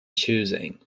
choosing